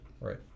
Right